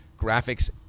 graphics